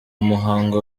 muhango